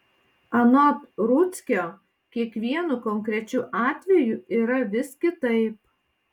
anot rudzkio kiekvienu konkrečiu atveju yra vis kitaip